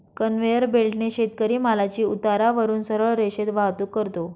conveyor बेल्टने शेतकरी मालाची उतारावरून सरळ रेषेत वाहतूक करतो